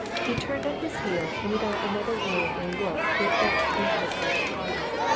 he turned on his heel, and without another word or look went back into the private parlour.